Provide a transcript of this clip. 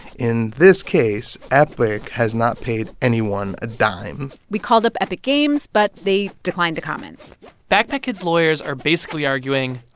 in this case, case, epic has not paid anyone a dime we called up epic games, but they declined to comment backpack kid's lawyers are basically arguing,